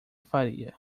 faria